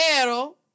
Pero